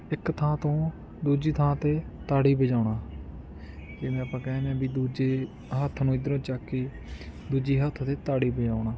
ਇੱਕ ਥਾਂ ਤੋਂ ਦੂਜੀ ਥਾਂ 'ਤੇ ਤਾੜੀ ਵਜਾਉਣਾ ਜਿਵੇਂ ਆਪਾਂ ਕਹਿੰਦੇ ਹਾਂ ਵੀ ਦੂਜੇ ਹੱਥ ਨੂੰ ਇੱਧਰੋਂ ਚੱਕ ਕੇ ਦੂਜੀ ਹੱਥ 'ਤੇ ਤਾੜੀ ਵਜਾਉਣਾ